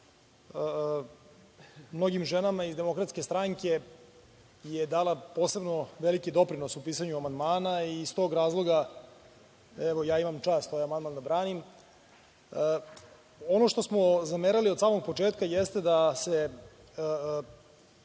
mnogim ženama iz Demokratske stranke je dala posebno veliki doprinos u pisanju amandmana. Iz tog razloga, evo, ja imam čast amandman da branim. Ono što smo zamerali od samog početka jeste da se